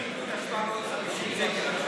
הם צריכים את ה-750 שקל?